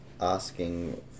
asking